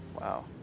wow